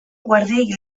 guardiei